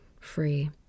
free